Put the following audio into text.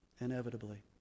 inevitably